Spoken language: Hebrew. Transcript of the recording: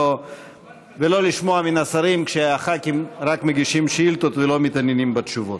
ולא לשמוע מן השרים שהח"כים רק מגישים שאילתות ולא מתעניינים בתשובות.